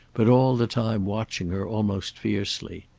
but all the time watching her almost fiercely.